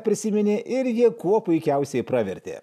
prisiminė ir ji kuo puikiausiai pravertė